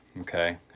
okay